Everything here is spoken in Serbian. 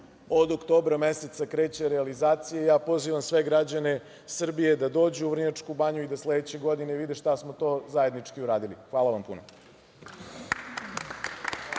od oktobra meseca kreće realizacija. Pozivam sve građane Srbije da dođu u Vrnjačku banju i da sledeće godine vide šta smo to zajednički uradili. Hvala puno.